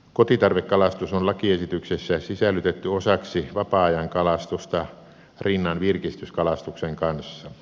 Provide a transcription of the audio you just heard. kotitarvekalastus on lakiesityksessä sisällytetty osaksi vapaa ajankalastusta rinnan virkistyskalastuksen kanssa